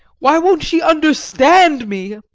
why won't she understand me?